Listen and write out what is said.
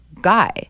guy